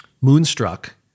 Moonstruck